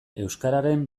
euskararen